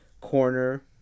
corner